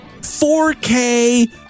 4k